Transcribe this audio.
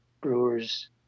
brewers